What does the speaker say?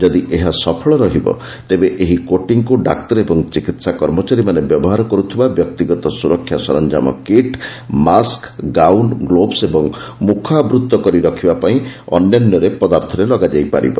ଯଦି ଏହା ସଫଳ ରହିବ ତେବେ ଏହି କୋଟିଙ୍ଗ୍କୁ ଡାକ୍ତର ଓ ଚିକିତ୍ସା କର୍ମଚାରୀମାନେ ବ୍ୟବହାର କରୁଥିବା ବ୍ୟକ୍ତିଗତ ସୁରକ୍ଷା ସରଞ୍ଜାମ କିଟ୍ ମାସ୍କ ଗାଉନ୍ ଗ୍ଲୋଭ୍ସ୍ ଓ ମୁଖ ଆବୃତ୍ତ କରି ରଖିବାପାଇଁ ଅନ୍ୟାନ୍ୟ ପଦାର୍ଥରେ ଲଗାଯାଇପାରିବ